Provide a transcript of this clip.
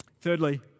Thirdly